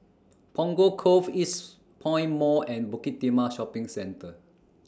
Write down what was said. Punggol Cove Eastpoint Mall and Bukit Timah Shopping Centre